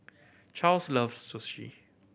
Charles loves Sushi